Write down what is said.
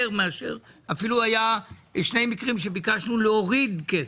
אפילו היו שני מקרים שביקשנו להוריד כסף.